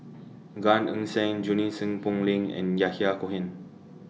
Gan Eng Seng Junie Sng Poh Leng and Yahya Cohen